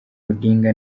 odinga